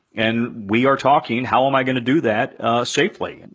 and we are talking, how am i gonna do that safely? and